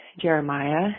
Jeremiah